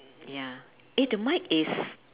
ya eh the mic is